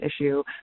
issue